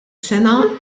sena